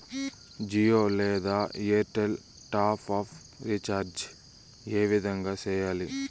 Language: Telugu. జియో లేదా ఎయిర్టెల్ టాప్ అప్ రీచార్జి ఏ విధంగా సేయాలి